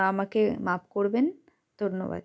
আমাকে মাপ করবেন ধন্যবাদ